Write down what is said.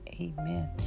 Amen